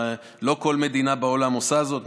לא כל מדינה בעולם עושה זאת,